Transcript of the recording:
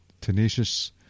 tenacious